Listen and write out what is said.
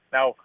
Now